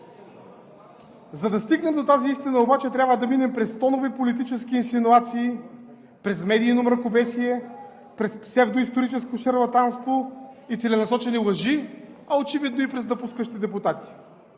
За да стигнем до тази истина обаче, трябва да минем през тонове политически инсинуации, през медийно мракобесие, през псевдоисторическо шарлатанство и целенасочени лъжи, а очевидно и през напускащи депутати.